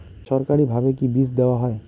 সরকারিভাবে কি বীজ দেওয়া হয়?